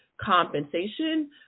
compensation